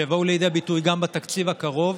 שיבואו לידי ביטוי גם בתקציב הקרוב,